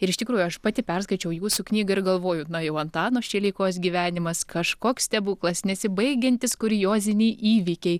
ir iš tikrųjų aš pati perskaičiau jūsų knygą ir galvoju na jau antano šileikos gyvenimas kažkoks stebuklas nesibaigiantys kuriozinai įvykiai